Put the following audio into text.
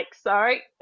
Sorry